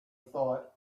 thought